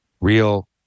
real